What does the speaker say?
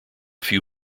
few